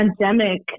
pandemic